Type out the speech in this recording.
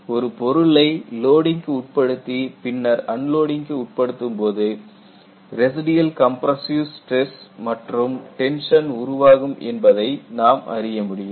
ஒரு பொருளை லோடிங்க்கு உட்படுத்தி பின்னர் அன்லோடிங்க்கு உட்படுத்தும்போது ரெசிடியல் கம்ப்ரஸ்ஸிவ் ஸ்டிரஸ் மற்றும் டென்ஷன் உருவாகும் என்பதை நாம் அறிய முடியும்